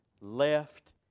left